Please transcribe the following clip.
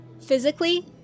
Physically